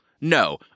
No